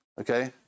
okay